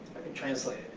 translate